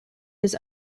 his